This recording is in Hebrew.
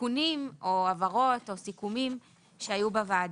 תיקונים או הבהרות או סיכומים שהיו בוועדה.